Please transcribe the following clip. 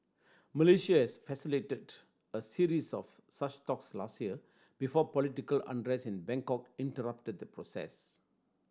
Malaysia has facilitated a series of such talks last year before political unrest in Bangkok interrupted the process